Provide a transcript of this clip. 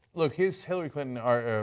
look, his hillary clinton art, er,